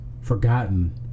forgotten